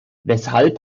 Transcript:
weshalb